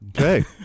Okay